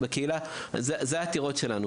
אלה העתירות שלנו.